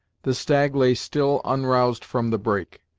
the stag lay still unroused from the brake,